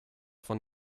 von